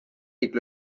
juba